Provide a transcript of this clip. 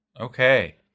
Okay